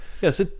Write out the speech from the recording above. Yes